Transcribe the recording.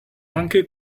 anche